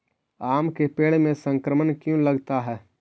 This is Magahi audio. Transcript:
आम के पेड़ में संक्रमण क्यों लगता है?